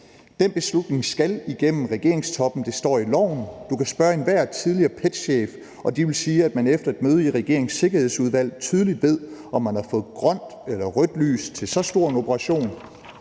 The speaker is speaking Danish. den beslutning skal gennem regeringstoppen, det står i loven. Du kan spørge enhver tidligere PET-chef, og de vil sige, at man efter et møde i regeringens sikkerhedsudvalg tydeligt ved, om de har fået grønt eller rødt lys til så stor en operation.«